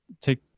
take